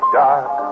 dark